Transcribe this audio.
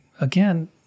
again